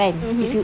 mmhmm